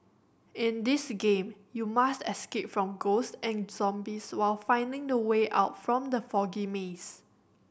in this game you must escape from ghost and zombies while finding the way out from the foggy maze